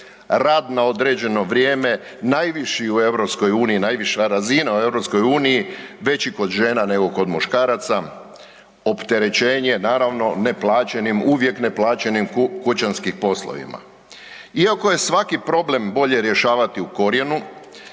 rad na određeno vrijeme najviši u EU, najviša razina u EU veći kod žena nego kod muškaraca, opterećenje naravno neplaćenim uvijek neplaćenim kućanskim poslovima. Iako je svaki problem bolje rješavati u korijenu,